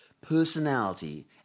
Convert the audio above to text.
personality